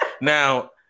now